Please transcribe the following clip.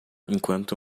enquanto